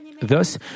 Thus